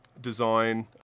design